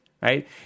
Right